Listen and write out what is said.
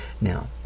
Now